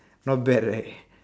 not bad right